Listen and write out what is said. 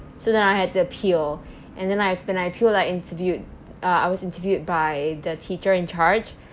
so then I had to appeal and then I when I appealed I interviewed uh I was interviewed by the teacher in charge